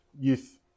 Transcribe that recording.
youth